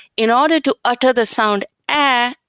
in order to utter the sound a,